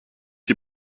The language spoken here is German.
die